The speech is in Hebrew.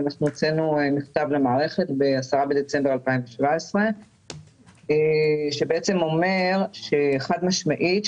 הוצאנו מכתב למערכת ב-10 בדצמבר 2017 שבעצם אומר שחד משמעית,